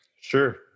Sure